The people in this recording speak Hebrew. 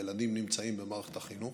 והילדים נמצאים במערכת החינוך,